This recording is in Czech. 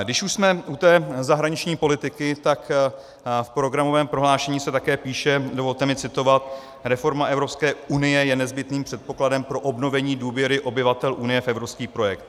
Když už jsme u té zahraniční politiky, tak v programovém prohlášení se také píše dovolte mi citovat: Reforma Evropské unie je nezbytným předpokladem pro obnovení důvěry obyvatel Unie v evropský projekt.